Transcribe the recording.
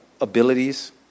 abilities